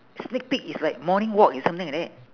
sneak peek is like morning walk is something like that